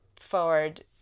forward